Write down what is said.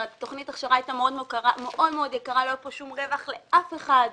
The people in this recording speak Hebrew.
תוכנית ההכשרה הייתה מאוד מאוד יקרה ולא היה כאן כל רווח לאף אחד.